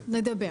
נדבר.